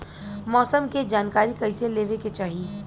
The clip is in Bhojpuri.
मौसम के जानकारी कईसे लेवे के चाही?